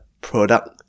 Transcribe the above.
product